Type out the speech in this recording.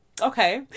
Okay